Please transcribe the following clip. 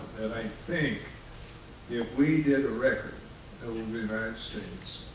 and i think if we did a record over the united states.